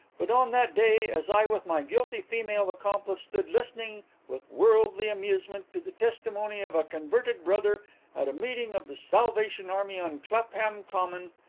but on that day as i with my guilty female accomplice stood listening with worldly amusement to the testimony of a converted brother at a meeting of the salvation army on clapham common,